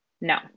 no